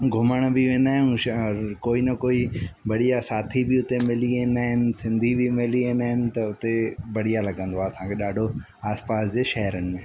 घुमण बि वेंदा आहियूं शहर कोई न कोई बढ़िया साथी बि हुते मिली वेंदा आहिनि सिंधी बि मिली वेंदा आहिनि त हुते बढ़िया लगंदो आहे असांखे ॾाढो आस पास जे शहरनि में